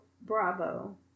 bravo